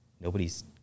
nobody's